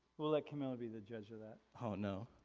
we'll let camila be the judge of that. oh no.